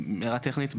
טכנית.